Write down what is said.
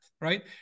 right